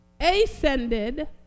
ascended